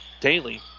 daily